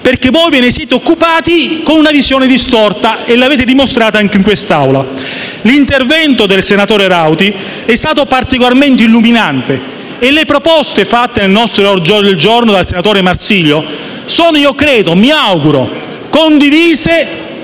perché voi ve ne siete occupati con una visione distorta e lo avete dimostrato anche in quest'Aula. L'intervento della senatrice Rauti è stato particolarmente illuminante e le proposte fate nel nostro ordine del giorno dal senatore Marsilio sono - mi auguro - condivise